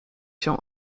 się